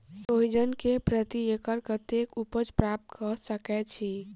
सोहिजन केँ प्रति एकड़ कतेक उपज प्राप्त कऽ सकै छी?